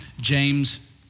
James